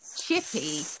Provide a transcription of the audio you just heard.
Chippy